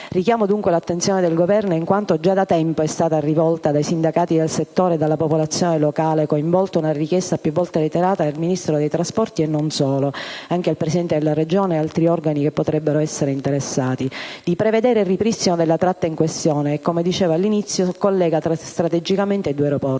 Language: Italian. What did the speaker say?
Richiamo l'attenzione del Governo, in quanto già da tempo è stata rivolta dai sindacati del settore e dalla popolazione locale coinvolta la richiesta - più volte reiterata non solo al Ministro delle infrastrutture e dei trasporti, ma anche al Presidente della Regione e ad altri organi che potrebbero essere interessati - di prevedere il ripristino della tratta in questione che, come dicevo all'inizio, collega strategicamente i due aeroporti.